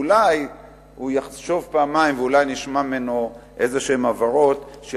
אולי הוא יחשוב פעמיים ואולי נשמע ממנו הבהרות כלשהן